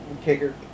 Kicker